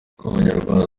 abanyarwanda